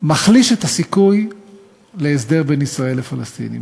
מחליש את הסיכוי להסדר בין ישראל לפלסטינים.